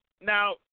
Now